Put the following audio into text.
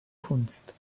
kunst